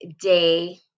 day